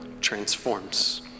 transforms